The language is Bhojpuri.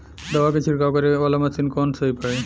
दवा के छिड़काव करे वाला मशीन कवन सही पड़ी?